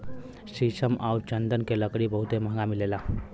शीशम आउर चन्दन के लकड़ी बहुते महंगा मिलेला